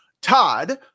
Todd